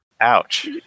Ouch